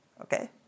Okay